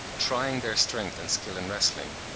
trying their strength and skill in wrestling.